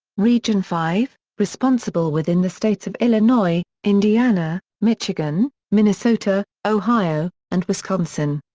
region five responsible within the states of illinois, indiana, michigan, minnesota, ohio, and wisconsin.